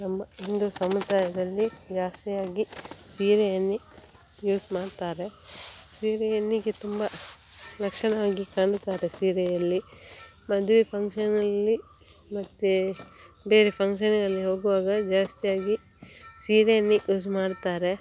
ನಮ್ಮ ನಮ್ಮದು ಸಮುದಾಯದಲ್ಲಿ ಜಾಸ್ತಿಯಾಗಿ ಸೀರೆಯನ್ನೇ ಯೂಸ್ ಮಾಡ್ತಾರೆ ಸೀರೆಯೊಂದಿಗೆ ತುಂಬ ಲಕ್ಷಣವಾಗಿ ಕಾಣುತ್ತಾರೆ ಸೀರೆಯಲ್ಲಿ ಮದುವೆ ಫಂಕ್ಷನಲ್ಲಿ ಮತ್ತು ಬೇರೆ ಫಂಕ್ಷನ್ನಲ್ಲಿ ಹೋಗುವಾಗ ಜಾಸ್ತಿಯಾಗಿ ಸೀರೆಯನ್ನೇ ಯೂಸ್ ಮಾಡ್ತಾರೆ